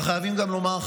אבל חייבים גם לומר,